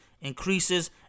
increases